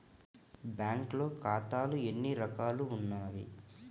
బ్యాంక్లో ఖాతాలు ఎన్ని రకాలు ఉన్నావి?